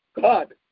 God